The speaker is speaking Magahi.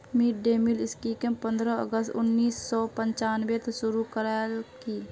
मिड डे मील स्कीमक पंद्रह अगस्त उन्नीस सौ पंचानबेत शुरू करयाल की